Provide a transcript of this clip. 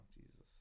Jesus